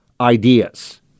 ideas